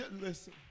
listen